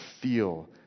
feel